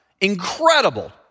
Incredible